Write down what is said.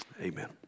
Amen